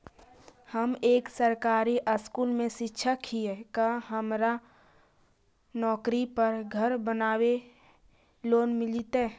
हम एक सरकारी स्कूल में शिक्षक हियै का हमरा नौकरी पर घर बनाबे लोन मिल जितै?